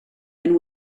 and